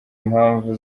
impamvu